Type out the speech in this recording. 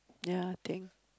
ya thank